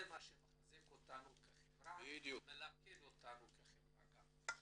זה מה שמחזק אותנו כחברה, מלכד אותנו כחברה גם,